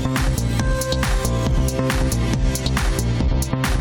בגובה מ-2,000